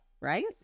right